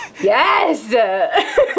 Yes